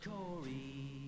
Corey